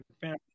family